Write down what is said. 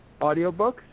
audiobooks